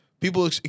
People